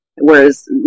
whereas